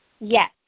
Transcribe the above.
Yes